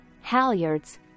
halyards